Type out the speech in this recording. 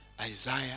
Isaiah